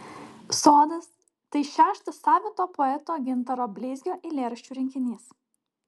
sodas tai šeštas savito poeto gintaro bleizgio eilėraščių rinkinys